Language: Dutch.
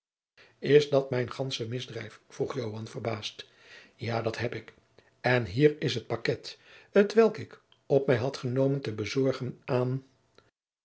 is dat mijn gandsche misdrijf vroeg joan verbaasd ja dat heb ik en hier is het paket t welk ik op mij had genomen te bezorgen aan